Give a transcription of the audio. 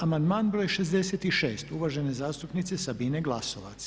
Amandman br. 66. uvažene zastupnice Sabine Glasovac.